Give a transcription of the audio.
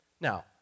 Now